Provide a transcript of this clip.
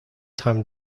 time